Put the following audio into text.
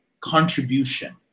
contribution